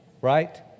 Right